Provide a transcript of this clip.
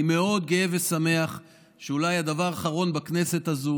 אני גאה מאוד ושמח שאולי הדבר האחרון בכנסת הזאת